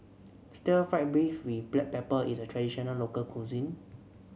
Stir Fried Beef with Black Pepper is a traditional local cuisine